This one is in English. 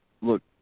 look